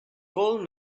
old